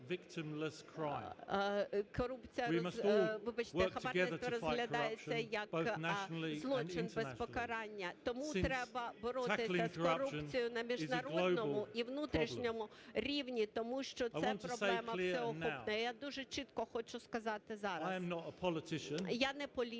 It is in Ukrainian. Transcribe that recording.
тому треба боротися з корупцією на міжнародному і внутрішньому рівні, тому що це проблема всеохопна. Я дуже чітко хочу сказати зараз, я не політик,